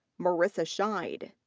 marissa scheid.